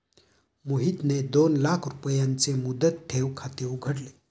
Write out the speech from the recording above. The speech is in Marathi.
मोहितने दोन लाख रुपयांचे मुदत ठेव खाते उघडले